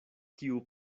kiu